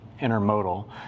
intermodal